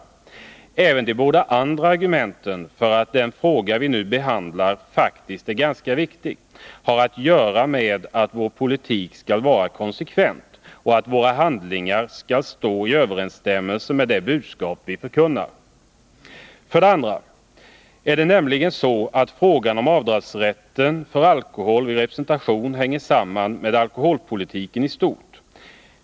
105 Även de båda andra argumenten för att den fråga vi nu behandlar faktiskt är ganska viktig har att göra med att vår politik skall vara konsekvent och att våra handlingar skall stå i överensstämmelse med det budskap vi förkunnar. För det andra är det nämligen så att frågan om avdragsrätten för alkohol vid representation hänger samman med alkoholpolitiken i stort.